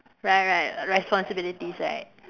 right right responsibilities right